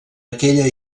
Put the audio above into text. aquella